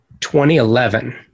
2011